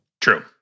True